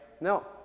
No